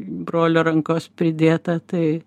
brolio rankos pridėta tai